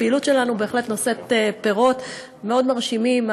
הפעילות שלנו בהחלט נושאת פירות מאוד מרשימים.